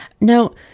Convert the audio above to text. Now